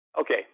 Okay